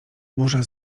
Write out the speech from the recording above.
burza